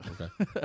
Okay